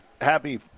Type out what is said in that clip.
happy